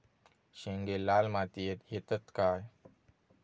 शेंगे लाल मातीयेत येतत काय?